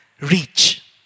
reach